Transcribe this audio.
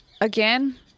again